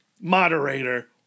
Moderator